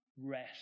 rest